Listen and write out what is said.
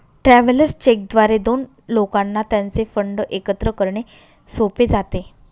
travellers cheque द्वारे दोन लोकांना त्यांचे फंड एकत्र करणे सोपे जाते